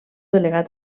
delegat